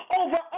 Over